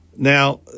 Now